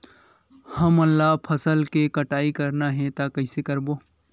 हमन ला फसल के कटाई करना हे त कइसे करबो?